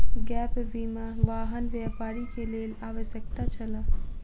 gap बीमा, वाहन व्यापारी के लेल आवश्यक छल